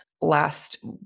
last